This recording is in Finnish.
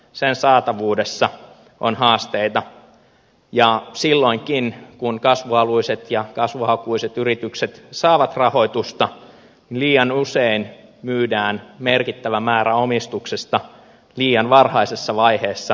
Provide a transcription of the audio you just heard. sen saatavuudessa on haasteita ja silloinkin kun kasvuhaluiset ja kasvuhakuiset yritykset saavat rahoitusta liian usein myydään merkittävä määrä omistuksesta liian varhaisessa vaiheessa ulkomaille